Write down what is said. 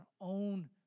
own